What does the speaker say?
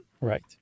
Right